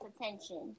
attention